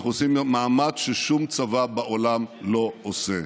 אנחנו עושים מאמץ ששום צבא בעולם לא עושה.